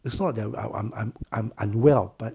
it's not that I I'm I'm I'm unwell but